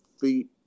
feet